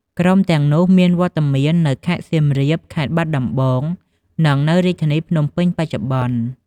ក្រុមទាំងនោះមានវត្តមាននៅខេត្តសៀមរាប ខេត្តបាត់ដំបង និងនៅរាជធានីភ្នំពេញបច្ចុប្បន្ន ។